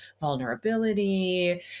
vulnerability